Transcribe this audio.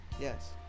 Yes